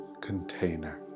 container